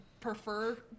prefer